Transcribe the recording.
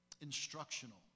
Instructional